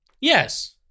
Yes